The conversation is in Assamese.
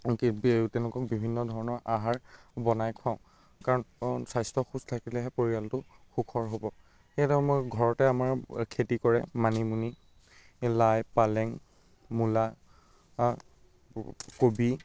তেনেকুৱা বিভিন্ন ধৰণৰ আহাৰ বনাই খুৱাওঁ কাৰণ স্বাস্থ্য সুস্থ থাকিলেহে পৰিয়ালটো সুখৰ হ'ব সেয়ে মই ঘৰতে আমাৰ খেতি কৰে মানিমুনি লাই পালং মূলা কবি